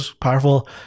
powerful